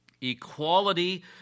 Equality